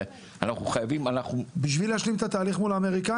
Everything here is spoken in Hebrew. אנחנו חייבים- - בשביל להשלים את התהליך מול האמריקאים?